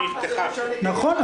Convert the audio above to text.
--- נכון.